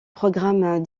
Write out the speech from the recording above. programmes